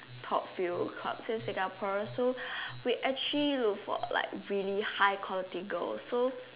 top few clubs in Singapore so we actually look for like really high quality girls so